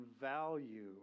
value